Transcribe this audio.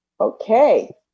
Okay